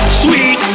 sweet